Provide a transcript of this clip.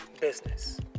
business